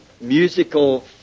musical